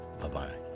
Bye-bye